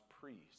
priests